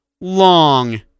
long